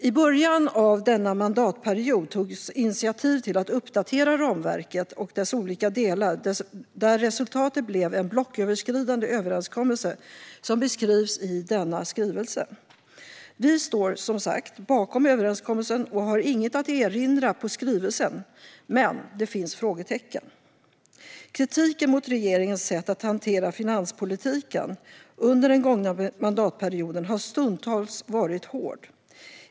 I början av denna mandatperiod togs initiativ till att uppdatera ramverket och dess olika delar, där resultatet blev en blocköverskridande överenskommelse som beskrivs i denna skrivelse. Vi står, som sagt, bakom överenskommelsen och har inget att erinra när det gäller skrivelsen. Men det finns frågetecken. Kritiken mot regeringens sätt att hantera finanspolitiken under den gångna mandatperioden har stundtals varit hård.